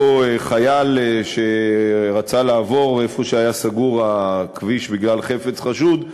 חייל שרצה לעבור במקום שהיה סגור בגלל חפץ חשוד,